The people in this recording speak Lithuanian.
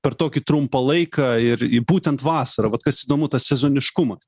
per tokį trumpą laiką ir būtent vasarą vat kas įdomu tas sezoniškumas